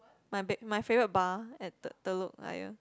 my b~ my favourite bar at t~ telok ayer